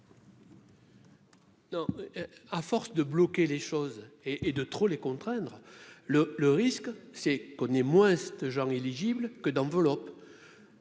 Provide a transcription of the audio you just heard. Non, à force de bloquer les choses et et de trop les contraindre le le risque c'est qu'on est moins Jean éligible que d'enveloppes